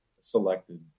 selected